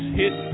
hit